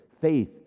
Faith